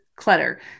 Clutter